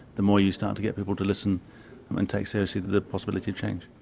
the more you start to get people to listen and take seriously the possibility of change.